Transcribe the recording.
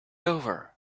over